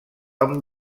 amb